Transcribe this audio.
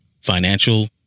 financial